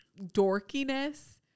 dorkiness